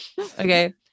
okay